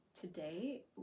today